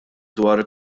dwar